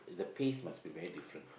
the paste must be very different